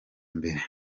mbere